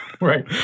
Right